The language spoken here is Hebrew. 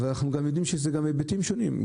אבל אנחנו יודעים שזה גם היבטים שונים,